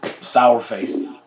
sour-faced